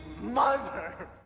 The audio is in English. mother